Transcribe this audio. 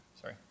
sorry